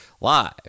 live